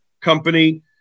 company